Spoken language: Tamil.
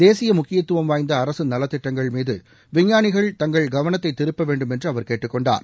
தேசிய முக்கியத்துவம் வாய்ந்த அரசு நலத்திட்டங்கள் மீது விஞ்ஞாணிகள் தங்கள் கவனத்தை திருப்ப வேண்டுமென்று அவர் கேட்டுக்கொண்டார்